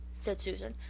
said susan.